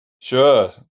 Sure